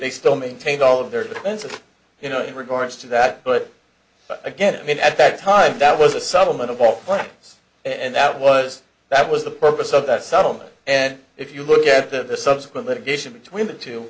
they still maintained all of their kinds of you know regards to that but again i mean at that time that was a supplement of all plans and that was that was the purpose of that settlement and if you look at the subsequent litigation between the two